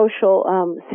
social